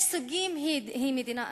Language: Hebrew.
יש סוגים, היא מדינה אנטי-דמוקרטית,